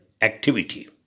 activity